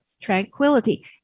tranquility